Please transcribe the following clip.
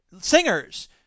singers